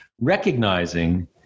recognizing